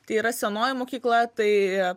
tai yra senoji mokykla tai